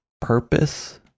purpose